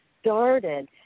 started